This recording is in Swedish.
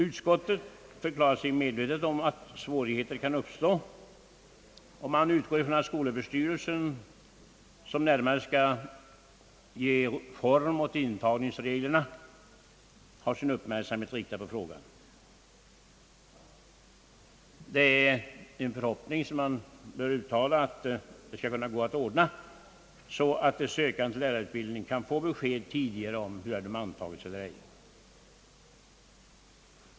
Utskottet förklarar sig medvetet om att den nuvarande ordningen kan medföra svårigheter och utgår från att skolöverstyrelsen, som närmare skall utforma intagningsreglerna, har sin uppmärksamhet riktad på frågan. Det är en förhoppning som man bör uttala att det skall kunna gå att ordna så att de sökande till lärarutbildningsanstalt kan få besked tidigare om huruvida de antagits eller inte.